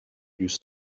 used